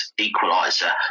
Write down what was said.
equaliser